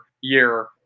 year